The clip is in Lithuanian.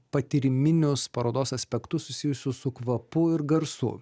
patyriminius parodos aspektus susijusius su kvapu ir garsu